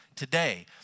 today